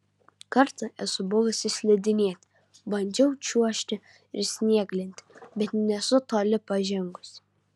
kartą esu buvusi slidinėti bandžiau čiuožti ir snieglente bet nesu toli pažengusi